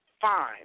fine